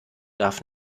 darf